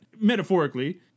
metaphorically